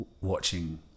watching